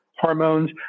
hormones